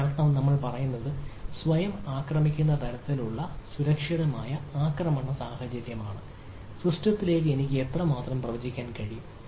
അതിനർത്ഥം നമ്മൾ പറയുന്നത് സ്വയം ആക്രമിക്കുന്ന തരത്തിലുള്ള ഒരു സ്വയവും സുരക്ഷിതവുമായ ആക്രമണ സാഹചര്യമാണ് സിസ്റ്റത്തിലേക്ക് എനിക്ക് എത്രമാത്രം പ്രവചിക്കാൻ കഴിയും